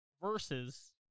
Versus